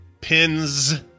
pins